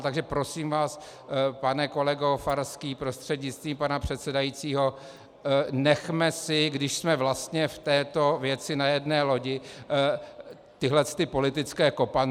Takže prosím vás, pane kolego Farský prostřednictvím pana předsedajícího, nechme si, když jsme vlastně v této věci na jedné lodi, tyhlety politické kopance.